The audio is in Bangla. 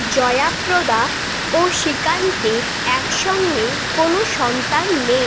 জয়া প্রদা ও শ্রীকান্তের একসঙ্গে কোনো সন্তান নেই